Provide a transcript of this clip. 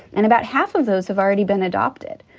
and about half of those have already been adopted.